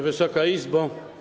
Wysoka Izbo!